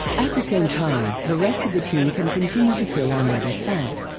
at the same time, the rest of the team can continue to fill on either side.